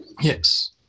Yes